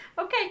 Okay